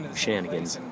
shenanigans